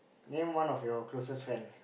name one of your closest friends